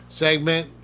segment